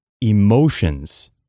Emotions